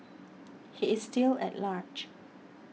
he is still at large